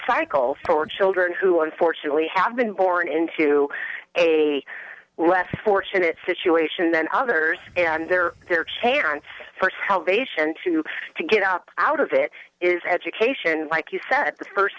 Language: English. cycle for children who unfortunately have been born into a less fortunate situation than others and their fair share for salvation you can get up out of it is education like you said the first